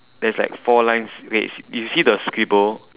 there's like four lines okay yo~ you see the scribble